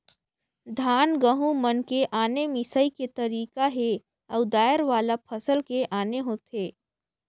धान, गहूँ मन के आने मिंसई के तरीका हे अउ दायर वाला फसल के आने होथे